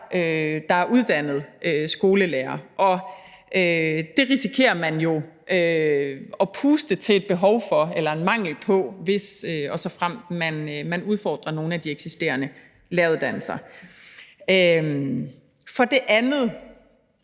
der er uddannet som skolelærere. Og der risikerer man jo at puste til ilden i forhold til en mangel på det, hvis og såfremt man udfordrer nogle af de eksisterende læreruddannelser. For det andet,